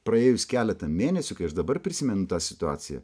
praėjus keletą mėnesių kai aš dabar prisimenu tą situaciją